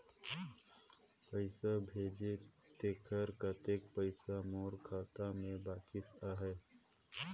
पइसा भेजे तेकर कतेक पइसा मोर खाता मे बाचिस आहाय?